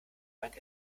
dank